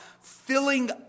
filling